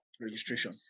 registration